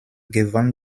gewann